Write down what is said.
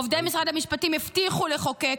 עובדי משרד המשפטים הבטיחו לחוקק,